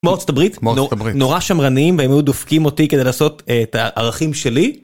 כמו בארה"ב, כמו בארה"ב, נורא שמרניים, והם היו דופקים אותי כדי לעשות את הערכים שלי.